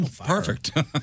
Perfect